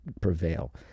prevail